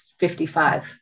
55